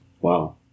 Wow